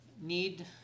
need